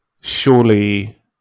surely